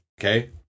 okay